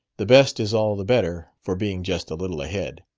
the best is all the better for being just a little ahead.